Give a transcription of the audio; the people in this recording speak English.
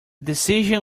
decision